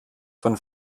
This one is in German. von